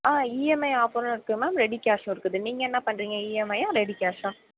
ஆ EMI ஆஃபரும் இருக்குது ready கேஷும் இருக்குது நீங்கள் என்ன பண்ணுறீங்க இஎம்ஐயா ரெடி கேஷா